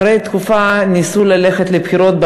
אחרי תקופה ניסו ללכת לבחירות,